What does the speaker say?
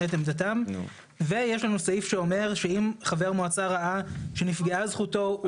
את עמדתם ויש לנו סעיף שאומר שאם חבר מועצה ראה שנפגעה זכותו,